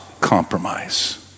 compromise